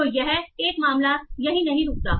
तो यह एक मामला यहीं नहीं रुकता